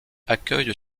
accueille